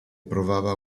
provava